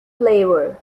flavor